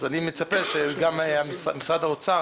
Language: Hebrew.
אני מצפה שגם משרד האוצר,